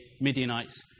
Midianites